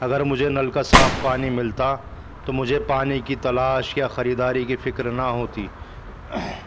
اگر مجھے نل کا صاف پانی ملتا تو مجھے پانی کی تلاش یا خریداری کی فکر نہ ہوتی